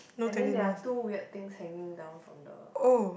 and then there are two weird things hanging down from the